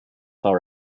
hour